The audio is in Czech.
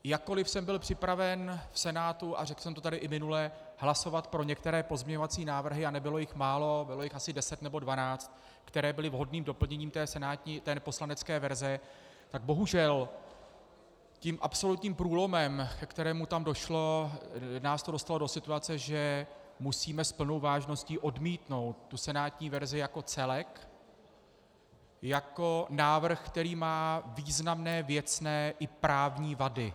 Jakkoli jsem byl připraven v Senátu, a řekl jsem to tady i minule, hlasovat pro některé pozměňovací návrhy, a nebylo jich málo, bylo jich asi 10 nebo 12, které byly vhodným doplněním poslanecké verze, tak bohužel tím absolutním průlomem, ke kterému tam došlo, nás to dostalo do situace, že musíme s plnou vážností odmítnout senátní verzi jako celek, jako návrh, který má významné věcné i právní vady.